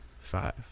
five